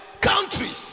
countries